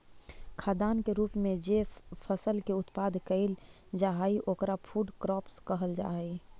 खाद्यान्न के रूप में जे फसल के उत्पादन कैइल जा हई ओकरा फूड क्रॉप्स कहल जा हई